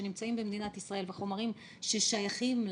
שנמצאים במדינת ישראל וחומרים ששייכים לעבר,